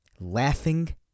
Laughing